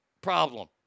problem